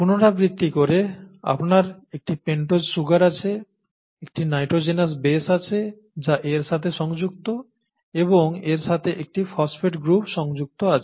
পুনরাবৃত্তি করে আপনার একটি পেন্টোজ সুগার আছে একটি নাইট্রোজেনাস বেশ আছে যা এর সাথে সংযুক্ত এবং এর সাথে একটি ফসফেট গ্রুপ সংযুক্ত আছে